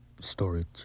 storage